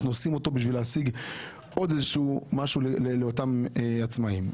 אנחנו עושים אותו בשביל להשיג עוד משהו לאותם עצמאיים.